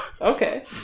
Okay